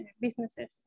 businesses